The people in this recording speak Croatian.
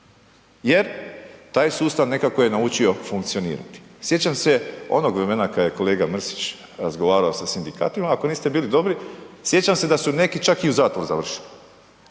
jer taj sustav nekako je naučio funkcionirati. Sjećam se onog vremena kad je kolega Mrsić razgovaramo sa sindikatima, ako niste bili dobri, sjećam se da su neki čak i u zatvoru završili,